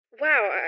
Wow